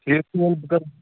ٹھیٖک چھِ وَلہٕ بہٕ کَرٕ